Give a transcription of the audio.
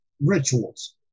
rituals